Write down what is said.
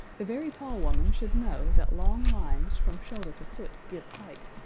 the very tall woman should know that long lines from shoulder to foot give height,